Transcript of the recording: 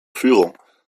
führung